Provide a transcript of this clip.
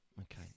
Okay